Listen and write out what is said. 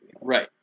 Right